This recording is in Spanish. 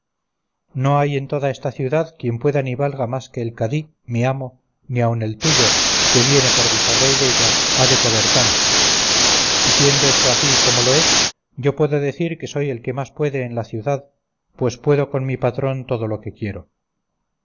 no hay en toda esta ciudad quien pueda ni valga más que el cadí mi amo ni aun el tuyo que viene por visorrey della ha de poder tanto y siendo esto así como lo es yo puedo decir que soy el que más puede en la ciudad pues puedo con mi patrón todo lo que quiero